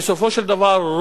בסופו של דבר,